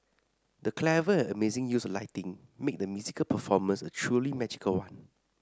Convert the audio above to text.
the clever and amazing use of lighting made the musical performance a truly magical one